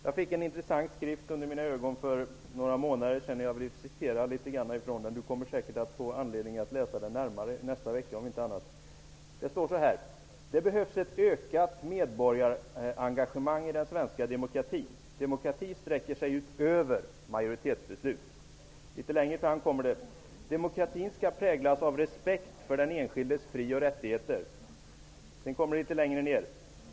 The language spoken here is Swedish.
Jag fick en intressant skrift under mina ögon för några månader sedan, och jag vill citera ur den. Mikael Odenberg kommer säkert att få anledning att ta närmare del av denna skrift, om inte annat så nästa vecka. Så här står det: ''Det behövs ett ökat medborgarengagemang i den svenska demokratin. Demokrati sträcker sig utöver majoritetsbeslut. -- Demokratin skall präglas av respekt för den enskildes fri och rättigheter.